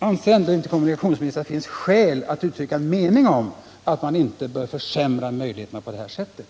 Anser inte kommunikationsministern att det finns skäl för att uttrycka en mening om att resmöjligheterna inte bör få försämras på det här sättet?